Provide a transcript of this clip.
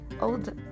old